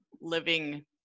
living